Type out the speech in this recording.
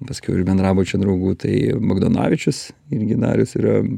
paskiau iš bendrabučio draugų tai bagdonavičius irgi darius yra